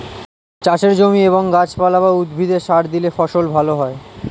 চাষের জমি এবং গাছপালা বা উদ্ভিদে সার দিলে ফসল ভালো হয়